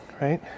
right